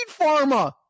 pharma